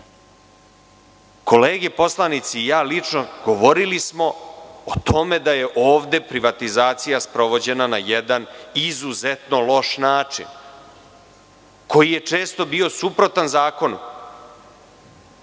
poslanici i ja lično govorili smo o tome da je ovde privatizacija sprovođena na jedan izuzetno loš način, koji je često bio suprotan zakonu.